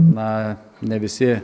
na ne visi